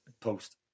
post